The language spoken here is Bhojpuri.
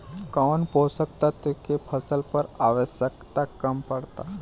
कौन पोषक तत्व के फसल पर आवशयक्ता कम पड़ता?